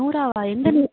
நூராவா எந்த நூ